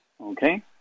okay